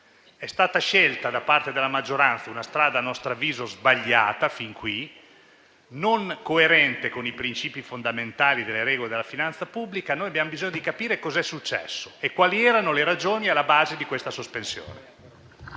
È stata scelta da parte della maggioranza una strada a nostro avviso fin qui sbagliata, non coerente con i princìpi fondamentali e le regole della finanza pubblica: noi abbiamo bisogno di capire cos'è successo e quali erano le ragioni alla base di questa sospensione.